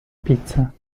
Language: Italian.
pizza